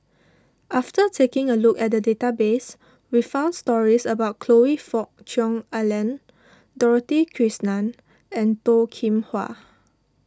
after taking a look at the database we found stories about Choe Fook Cheong Alan Dorothy Krishnan and Toh Kim Hwa